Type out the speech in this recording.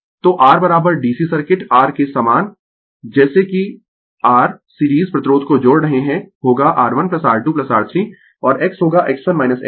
तो R DC circuit R के समान जैसे कि r सीरीज प्रतिरोध को जोड़ रहे है होगा R1R2R3 और X होगा X1 X2